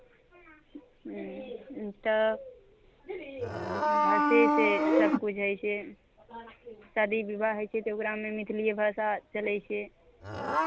ह्म्म तऽ भाषेसँ सभकिछु होइ छै शादी विवाह होइ छै तऽ ओकरामे मैथिलीए भाषा चलै छै